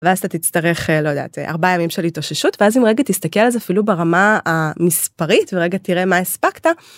ואז אתה תצטרך, לא יודעת, ארבעה ימים של התאוששות, ואז אם רגע תסתכל על זה אפילו ברמה המספרית, ורגע תראה מה הספקת.